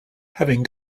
having